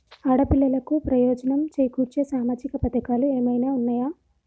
ఆడపిల్లలకు ప్రయోజనం చేకూర్చే సామాజిక పథకాలు ఏమైనా ఉన్నయా?